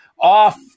off